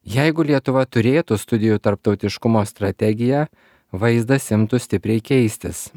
jeigu lietuva turėtų studijų tarptautiškumo strategiją vaizdas imtų stipriai keistis